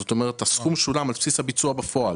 זאת אומרת, הסכום שולם על בסיס הביצוע בפועל.